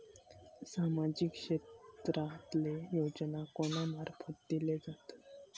सामाजिक क्षेत्रांतले योजना कोणा मार्फत दिले जातत?